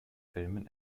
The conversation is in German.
filmen